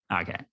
Okay